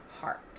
heart